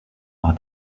par